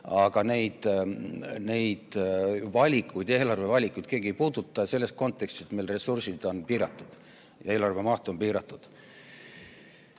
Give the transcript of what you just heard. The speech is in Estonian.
Aga neid valikuid, eelarvevalikud keegi ei puuduta selles kontekstis, et meil ressursid on piiratud ja eelarve maht on piiratud.